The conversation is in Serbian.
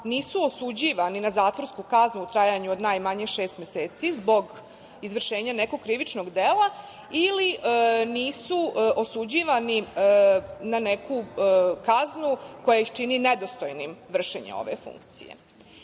nisu osuđivani na zatvorsku kaznu u trajanju od najmanje šest meseci zbog izvršenja nekog krivičnog dela ili nisu osuđivani na neku kaznu koja ih čini nedostojnim vršenja ove funkcije. Ministar